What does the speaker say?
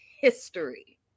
history